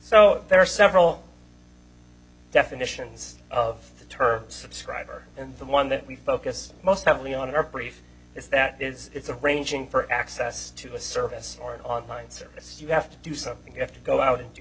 so there are several definitions of the ter subscriber and the one that we focus most heavily on our brief is that it's a ranging for access to a service or an online service you have to do something you have to go out and do